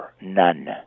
none